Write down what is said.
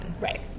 Right